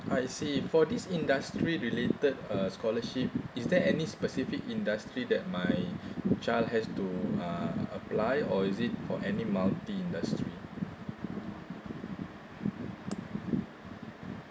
I see for this industry related uh scholarship is there any specific industry that my child has to uh apply or is it for any multi industry